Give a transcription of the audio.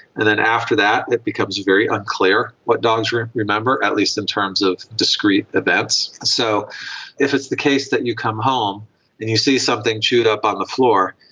and then after that it becomes very unclear what dogs remember, at least in terms of discrete events. so if it's the case that you come home and you see something chewed up on the floor,